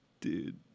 dude